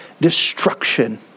destruction